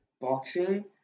boxing